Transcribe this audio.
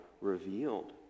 revealed